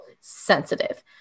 sensitive